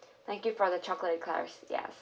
thank you for the chocolate eclairs ya